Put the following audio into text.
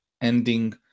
ending